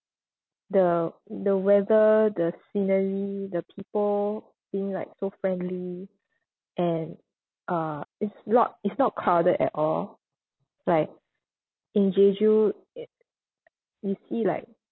the the weather the scenery the people being like so friendly and uh it's not it's not crowded at all like in jeju it you see like